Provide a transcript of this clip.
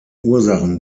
ursachen